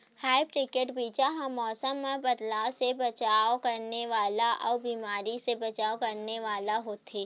hybrid बीज हा मौसम मे बदलाव से बचाव करने वाला अउ बीमारी से बचाव करने वाला होथे